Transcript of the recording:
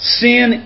sin